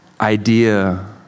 idea